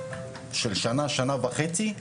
של שנה, שנה וחצי,